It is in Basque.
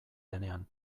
denean